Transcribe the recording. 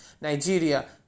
Nigeria